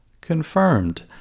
CONFIRMED